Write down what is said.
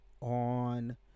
on